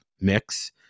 mix